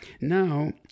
Now